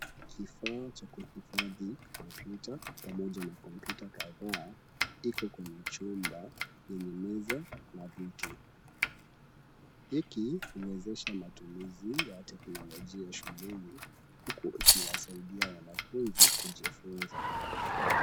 Kifaa cha kuhifahi kompyuta pamoja na kompyuta kadhaa, iko kwenye chumba yenye meza na viti. Hiki huwezesha matumizi ya teknolojia shuleni, huku ikiwasaidia wanafunzi kujifunza.